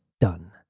done